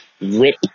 Rip